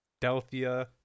Delphia